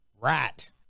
Rat